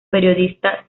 periodista